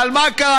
אבל מה קרה